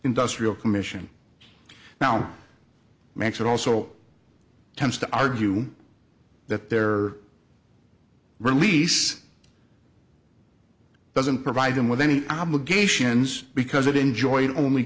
industrial commission now max it also tends to argue that their release doesn't provide them with any obligations because it enjoyed only